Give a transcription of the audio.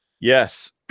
Yes